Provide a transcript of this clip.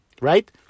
Right